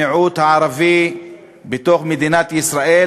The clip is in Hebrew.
המיעוט הערבי בתוך מדינת ישראל,